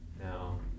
Now